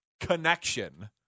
connection